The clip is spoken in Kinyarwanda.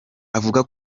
avuga